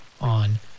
on